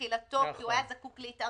לתחילתו כי הוא היה זקוק להתארגנות,